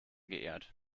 geehrt